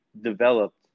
developed